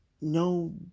No